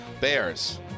Bears